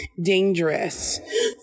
dangerous